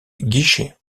guichet